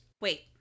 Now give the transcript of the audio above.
Wait